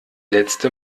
letzte